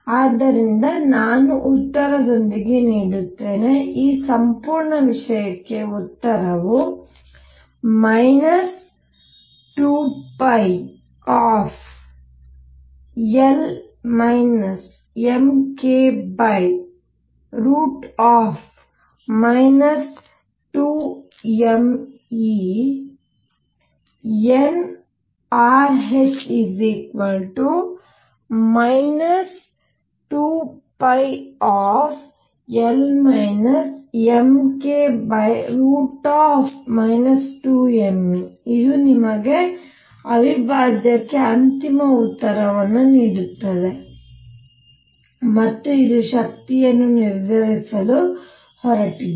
ಆದ್ದರಿಂದ ನಾನು ಉತ್ತರದೊಂದಿಗೆ ನೀಡುತ್ತೇನೆ ಈ ಸಂಪೂರ್ಣ ವಿಷಯಕ್ಕೆ ಉತ್ತರವು 2π nrh 2πL mk 2mE ಇದು ನಿಮಗೆ ಅವಿಭಾಜ್ಯಕ್ಕೆ ಅಂತಿಮ ಉತ್ತರವನ್ನು ನೀಡುತ್ತದೆ ಮತ್ತು ಇದು ಶಕ್ತಿಯನ್ನು ನಿರ್ಧರಿಸಲು ಹೊರಟಿದೆ